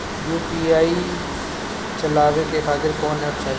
UPI चलवाए के खातिर कौन एप चाहीं?